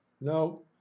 No